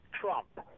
Trump